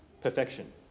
perfection